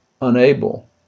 unable